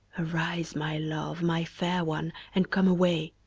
arise, my love, my fair one, and come away.